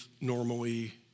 normally